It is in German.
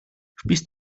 spielst